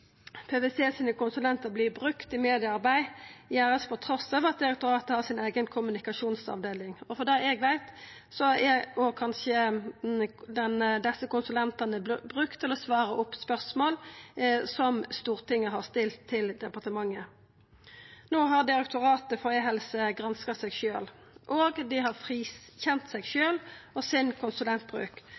direktoratet har si eiga kommunikasjonsavdeling. Og for alt eg veit, er kanskje desse konsulentane òg brukte til å svara på spørsmål som Stortinget har stilt til departementet. No har Direktoratet for e-helse granska seg sjølv, og dei har frikjent seg sjølv og konsulentbruken sin.